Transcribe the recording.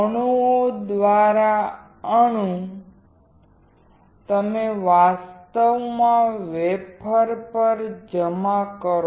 કહીએ તમે સ્ત્રોતમાંથી કાઢી નાખો અને વેફર પર જમા કરો